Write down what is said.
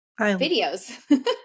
videos